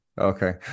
Okay